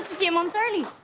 few months early.